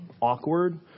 awkward